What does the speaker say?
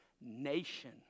nation